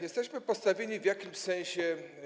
Jesteśmy postawieni w jakimś sensie.